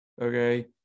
okay